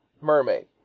mermaid